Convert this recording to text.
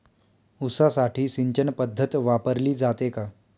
ऊसासाठी सिंचन पद्धत वापरली जाते का?